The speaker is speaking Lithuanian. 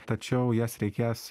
tačiau jas reikės